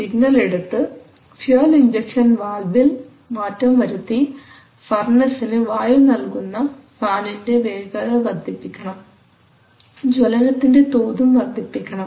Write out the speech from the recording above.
signal എടുത്തു fuel injection വാൽവിൽ മാറ്റം വരുത്തി ഫർണസിനു വായു നൽകുന്ന ഫാനിൻറെ വേഗത വർദ്ധിപ്പിക്കണം ജ്വലനത്തിൻറെ തോതും വർദ്ധിപ്പിക്കണം